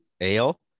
ale